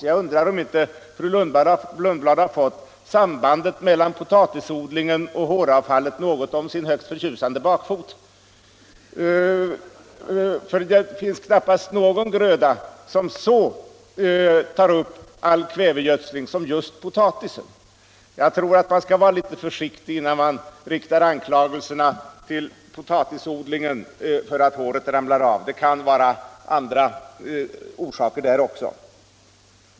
Jag undrar om inte fru Lundblad något har fått sambandet mellan potatisodlingen och håravfallet om sin högst förtjusande bakfot, för det finns knappast någon gröda som så tar upp all kvävegödsling som just potatis. Jag tror att man skall vara litet försiktig innan man riktar anklagelserna mot potatisodlingen för att håret ramlar av — det kan vara andra orsaker och är det väl också.